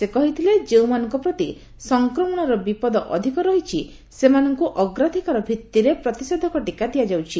ସେ କହିଥିଲେ ଯେଉଁମାନଙ୍କ ପ୍ରତି ସଂକ୍ରମଣର ବିପଦ ଅଧିକ ରହିଛି ସେମାନଙ୍କୁ ଅଗ୍ରାଧିକାର ଭିଭିରେ ପ୍ରତିଷେଧକ ଟିକା ଦିଆଯାଉଛି